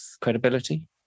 credibility